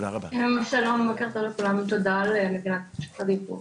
שלום תודה לכולם, תודה על נתינת רשות הדיבור,